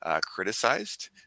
criticized